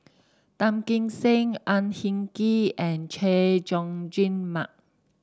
Tan Kim Seng Ang Hin Kee and Chay Jung Jun Mark